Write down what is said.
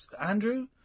Andrew